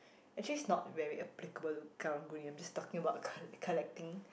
actually it's not very applicable to Karang Guni I'm just talking about col~ collecting